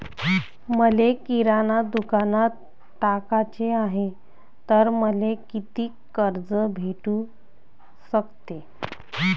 मले किराणा दुकानात टाकाचे हाय तर मले कितीक कर्ज भेटू सकते?